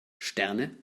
sterne